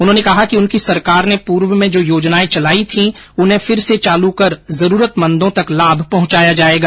उन्होंने कहा कि उनकी सरकार ने पूर्व में जो योजनाएं चेलाई थीं उन्हें फिर से चालू कर जरूरतमंदों तक लाभ पहंचाया जायेगा